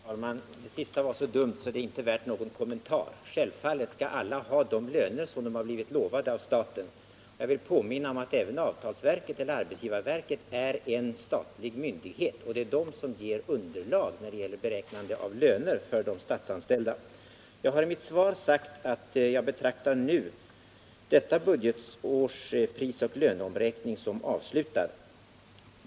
Herr talman! Det senaste var så dumt så det är inte värt någon kommentar. Självfallet skall alla ha de löner som de har blivit lovade av staten. Jag vill påminna om att även arbetsgivarverket är en statlig myndighet, och det är denna myndighet som ger underlag när det gäller beräknande av löner för de statsanställda. I mitt svar har jag sagt att jag nu betraktar detta budgetårs prisoch löneomräkning som avslutad.